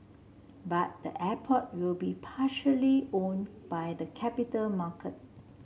but the airport will be partially owned by the capital market